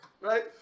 Right